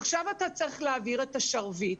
עכשיו אתה צריך להעביר את השרביט,